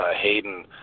Hayden